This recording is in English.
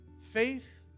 faith